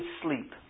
sleep